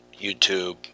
YouTube